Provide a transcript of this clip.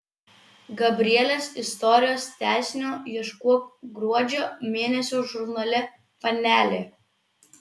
gabrielės istorijos tęsinio ieškok gruodžio mėnesio žurnale panelė